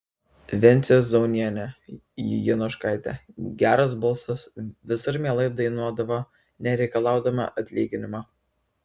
vincė zaunienė jonuškaitė geras balsas visur mielai dainuodavo nereikalaudama atlyginimo